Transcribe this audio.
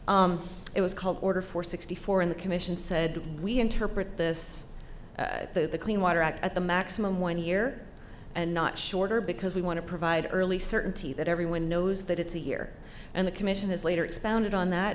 board it was called order for sixty four in the commission said we interpret this the clean water act at the maximum one year and not shorter because we want to provide early certainty that everyone knows that it's a year and the commission has later expounded on that